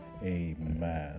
amen